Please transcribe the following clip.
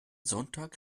sonntag